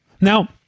Now